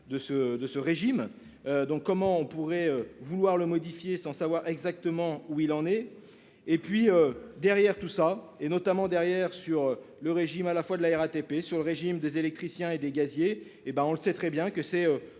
de ce régime. Donc comment on pourrait vouloir le modifier sans savoir exactement où il en est et puis derrière tout ça et notamment derrière sur le régime à la fois de la RATP sur le régime des électriciens et des gaziers et ben on le sait très bien que c'est